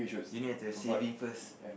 you need to saving first